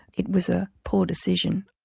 it was a poor decision.